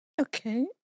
Okay